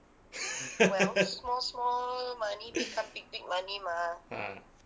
ah